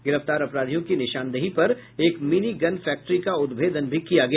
गिरफ्तार अपराधियों की निशानदेही पर एक मिनी गन फैक्ट्री का उदभेदन किया गया